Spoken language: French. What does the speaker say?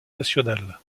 nationale